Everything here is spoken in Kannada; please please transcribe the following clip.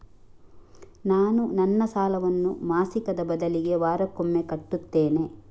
ನಾನು ನನ್ನ ಸಾಲವನ್ನು ಮಾಸಿಕದ ಬದಲಿಗೆ ವಾರಕ್ಕೊಮ್ಮೆ ಕಟ್ಟುತ್ತೇನೆ